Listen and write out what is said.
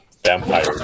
vampire